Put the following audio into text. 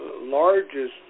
largest